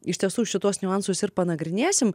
iš tiesų šituos niuansus ir panagrinėsim